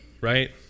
right